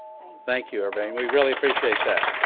thank you. ah but i mean we really appreciate that.